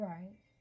Right